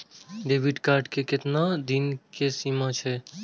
Debit card के केतना दिन के सीमा छै?